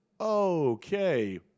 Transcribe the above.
okay